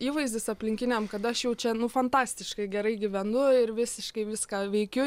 įvaizdis aplinkiniam kad aš jau čia nu fantastiškai gerai gyvenu ir visiškai viską veikiu